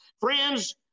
friends